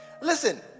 Listen